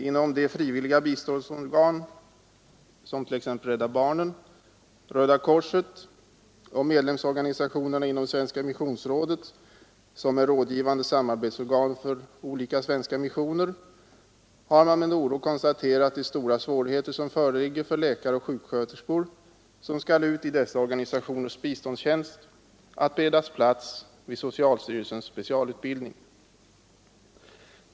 Inom de frivilliga biståndsorganen, t.ex. Rädda barnen, Röda korset och medlemsorganisationerna inom Svenska missionsrådet, som är rådgivande samarbetsorgan för olika svenska missioner, har man med oro konstaterat de stora svårigheter som föreligger för läkare och sjuksköterskor som skall ut i dessa organisationers biståndstjänst att beredas plats vid socialstyrelsens specialutbildning.